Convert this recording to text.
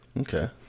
Okay